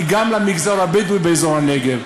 היא גם למגזר הבדואי באזור הנגב.